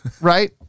right